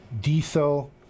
diesel